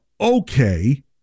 okay